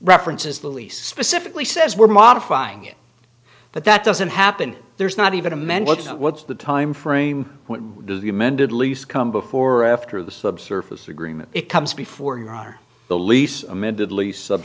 lease specifically says we're modifying it but that doesn't happen there's not even amended what's the timeframe when the amended lease come before or after the subsurface agreement it comes before your honor the lease amended lease sub